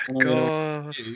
God